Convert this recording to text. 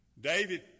David